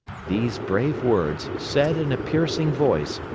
these brave words, said in a piercing voice,